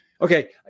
Okay